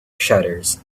shutters